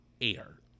air